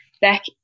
back